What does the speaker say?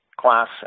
class